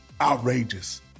outrageous